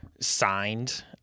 signed